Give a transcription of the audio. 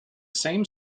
same